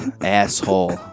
Asshole